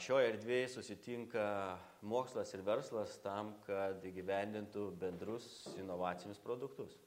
šioj erdvėj susitinka mokslas ir verslas tam kad įgyvendintų bendrus inovacinius produktus